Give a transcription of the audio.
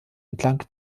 entlang